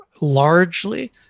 largely